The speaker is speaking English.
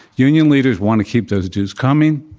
union leaders want to keep those dues coming,